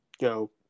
go